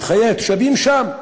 את חיי התושבים שם.